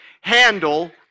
handle